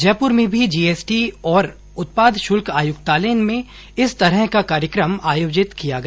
जयपुर में भी जीएसटी और उत्पाद शुल्क आयुक्तालय में इस तरह का कार्यक्रम आयोजित किया गया